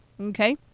Okay